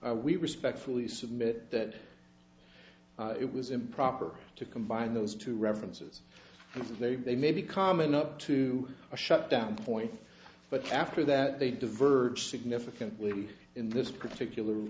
s we respectfully submit that it was improper to combine those two references and they may be coming up to a shutdown point but after that they diverge significantly in this particular